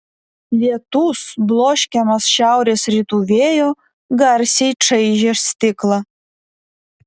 lietus bloškiamas šiaurės rytų vėjo garsiai čaižė stiklą